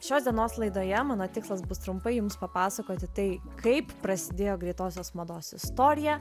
šios dienos laidoje mano tikslas bus trumpai jums papasakoti tai kaip prasidėjo greitosios mados istorija